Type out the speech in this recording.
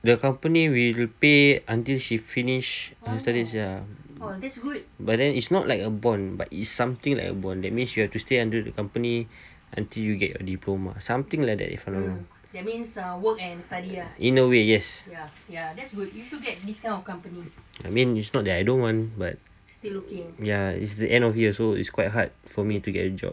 the company will pay until she finish her studies ya but then it's not like a bond but it's something like a bond that means she have to stay under the company until you get a diploma something like that if I'm not wrong in a way I mean it's not that I don't want but ya it's the end of year so it's quite hard for me to get a job